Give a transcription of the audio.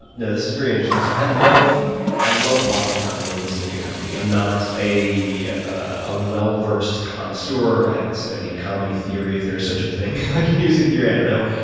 this is very interesting. so i love i love watching comedy and listening to comedy. i'm not a a well versed connoisseur. i haven't studied comedy theory, if there is such a thing, like music theory, i don't know.